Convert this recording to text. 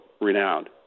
renowned